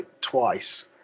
twice